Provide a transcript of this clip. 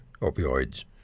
opioids